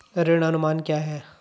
ऋण अनुमान क्या है?